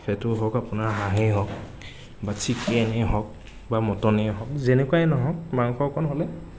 সেইটো হওক আপোনাৰ হাঁহেই হওক বা চিকেনেই হওক বা মটনেই হওক যেনেকুৱাই নহওক মাংস অকণ হ'লে